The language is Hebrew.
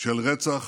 של רצח